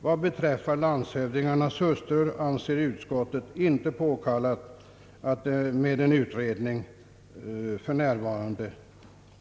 Vad = beträffar landshövdingarnas hustrur anser utskottsmajoriteten inte påkallat att en utredning för närvarande tillsättes.